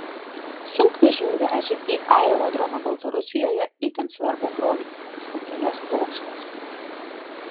sunkvežimiu vežė į aerodromą baltarusijoje itin svarbų krovinį specialias plokštes